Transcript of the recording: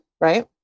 right